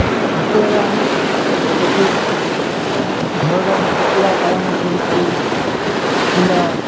ଯେତେବେଳେ ଆମେ ଗୋଟିଏ ଘରେ ଆମେ କୁକୁଡ଼ା ପାଳନ କରୁଛୁ କିମ୍ବା